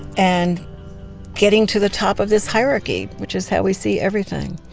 and getting to the top of this hierarchy, which is how we see everything.